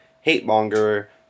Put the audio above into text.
hate-monger